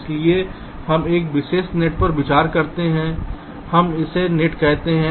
इसलिए हम एक विशेष नेट पर विचार करते हैं हम इसे नेट कहते हैं